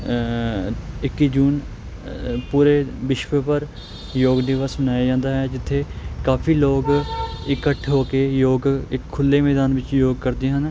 ਇੱਕੀ ਜੂਨ ਪੂਰੇ ਵਿਸ਼ਵ ਭਰ ਯੋਗ ਦਿਵਸ ਮਨਾਇਆ ਜਾਂਦਾ ਹੈ ਜਿੱਥੇ ਕਾਫੀ ਲੋਕ ਇਕੱਠ ਹੋ ਕੇ ਯੋਗ ਇੱਕ ਖੁੱਲੇ ਮੈਦਾਨ ਵਿੱਚ ਯੋਗ ਕਰਦੇ ਹਨ